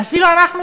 ואפילו אנחנו,